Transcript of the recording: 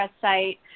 site